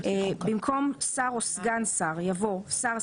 (ב)במקום "שר או סגן שר" יבוא "שר,